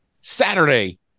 saturday